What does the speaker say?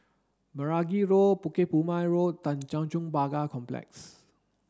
Meragi Road Bukit Purmei Road Tanjong Pagar Complex